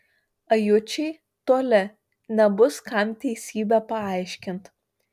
ajučiai toli nebus kam teisybę paaiškint